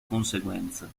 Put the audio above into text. conseguenza